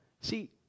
See